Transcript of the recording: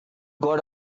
got